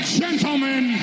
gentlemen